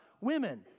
women